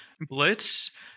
Blitz